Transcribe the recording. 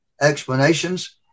explanations